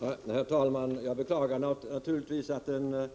Herr talman! Jag beklagar naturligtvis att varken